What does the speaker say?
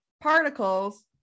particles